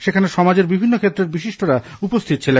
সেখানে সমাজের বিভিন্ন ক্ষেত্রের বিশিষ্টরা উপস্থিত ছিলেন